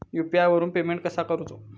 UPI वरून payment कसा करूचा?